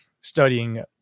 studying